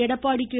Edappadi K